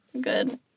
good